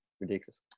Ridiculous